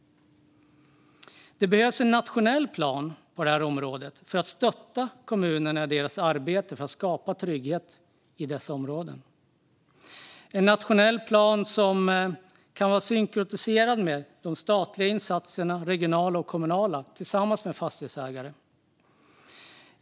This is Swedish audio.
Det behövs en nationell plan för att stötta kommunerna i deras arbete för att skapa trygghet i dessa områden - en nationell plan där de statliga, regionala och kommunala insatserna synkroniseras med fastighetsägarnas.